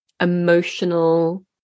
emotional